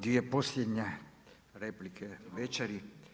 Dvije posljednje replike večeri.